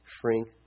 shrink